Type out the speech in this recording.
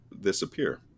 disappear